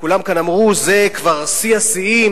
וכולם כאן אמרו: זה כבר שיא השיאים,